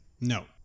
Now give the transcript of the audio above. no